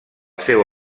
seu